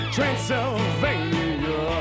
Transylvania